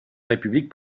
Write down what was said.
république